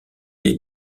les